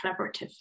collaborative